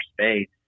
space